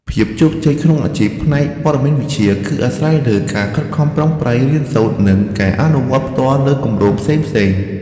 ភាពជោគជ័យក្នុងអាជីពផ្នែកព័ត៌មានវិទ្យា គឺអាស្រ័យលើការខិតខំប្រឹងប្រែងរៀនសូត្រនិងការអនុវត្តផ្ទាល់លើគម្រោងផ្សេងៗ។